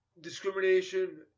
discrimination